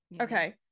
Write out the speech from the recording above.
okay